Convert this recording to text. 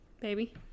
Baby